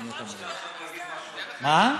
ממש לא חייב, מה?